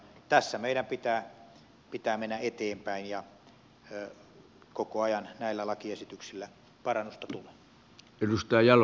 tässä meidän pitää mennä eteenpäin ja koko ajan näillä lakiesityksillä parannusta tulee